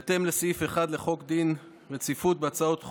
בהתאם לסעיף 1 לחוק דין רציפות בהצעות חוק,